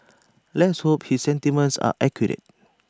let's hope his sentiments are accurate